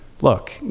look